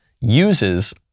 uses